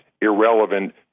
irrelevant